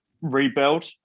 rebuild